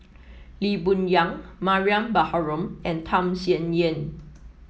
Lee Boon Yang Mariam Baharom and Tham Sien Yen